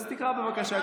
אז תקרא בבקשה,